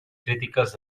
crítiques